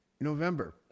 November